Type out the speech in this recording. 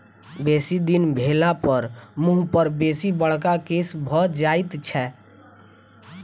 बेसी दिन भेलापर मुँह पर बेसी बड़का केश भ जाइत छै